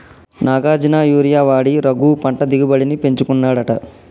Nagarjuna urea వాడి రఘు పంట దిగుబడిని పెంచుకున్నాడట